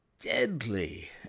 deadly